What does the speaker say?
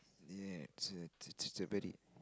ya it's a it's it's a very